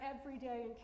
everyday